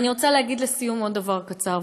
אני רוצה להגיד לסיום עוד דבר קצר,